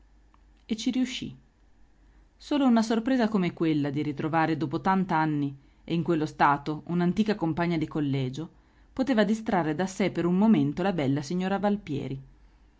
e ci riuscì solo una sorpresa come quella di ritrovare dopo tant'anni e in quello stato un'antica compagna di collegio poteva distrarre da sé per un momento la bella signora valpieri